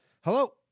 Hello